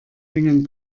hängen